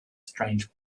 strange